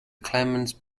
clemens